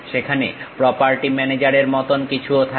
সেখানে property manager এর মতন কিছু ও থাকে